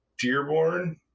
Dearborn